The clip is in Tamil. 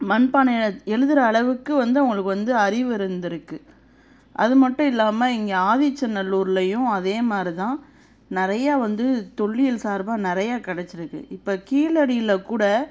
மண்பானையில் எழுதுற அளவுக்கு வந்து அவுங்களுக்கு வந்து அறிவு இருந்திருக்கு அது மட்டுல்லாமல் இங்கே ஆதிச்சநல்லூர்லையும் அதே மாதிரி தான் நிறையா வந்து தொல்லியல் சார்பாக நிறையா கெடைச்சிருக்கு இப்போ கீழடியிலக்கூட